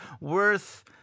worth